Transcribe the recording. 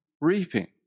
reaping